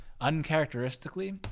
Uncharacteristically